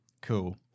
Cool